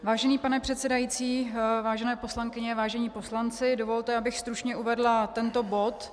Vážený pane předsedající, vážené poslankyně, vážení poslanci, dovolte, abych stručně uvedla tento bod.